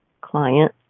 client